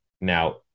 Now